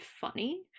funny